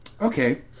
okay